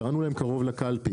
הגענו אליהם קרוב לקלפי.